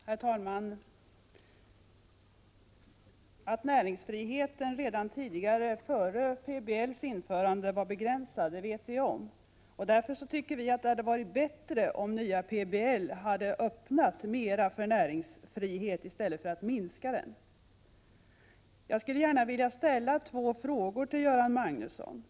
Herr talman! Att näringsfriheten redan före PBL:s införande var begränsad vet vi, och därför tycker vi att det hade varit bättre om PBL öppnat mera för näringsfrihet i stället för att minska den. Jag skulle vilja ställa två frågor till Göran Magnusson. Prot.